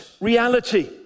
reality